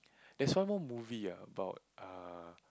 there's one more movie ah about uh